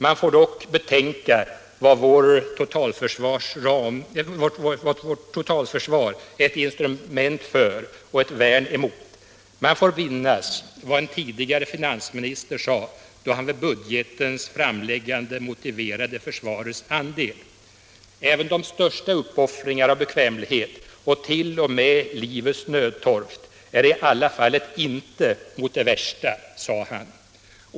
Man får dock betänka vad vårt totalförsvar är ett instrument för och ett värn emot. Man får minnas vad en tidigare finansminister sade, då han vid budgetens framläggande motiverade försvarets andel. ”Även de största uppoffringar av bekvämlighet och till och med livets nödtorft är i alla fall ett intet mot det värsta”, sade han.